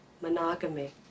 monogamy